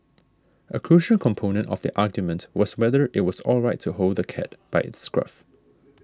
a crucial component of the argument was whether it was alright to hold the cat by its scruff